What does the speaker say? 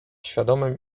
świadomym